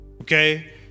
okay